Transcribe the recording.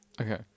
Okay